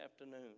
afternoon